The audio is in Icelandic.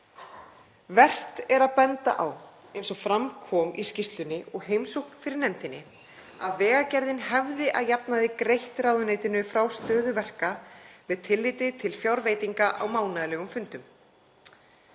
Vert er að benda á, eins og fram kom í skýrslunni og í heimsóknum fyrir nefndinni, að Vegagerðin hafði að jafnaði greint ráðuneytinu frá stöðu verka með tilliti til fjárveitinga á mánaðarlegum fundum.